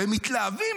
והם מתלהבים,